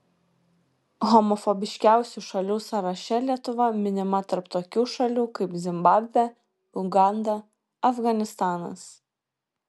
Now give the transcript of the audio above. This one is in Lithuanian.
homofobiškiausių šalių sąraše lietuva minima tarp tokių šalių kaip zimbabvė uganda afganistanas